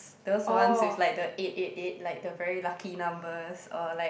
those ones with like the eight eight eight like the very lucky numbers or like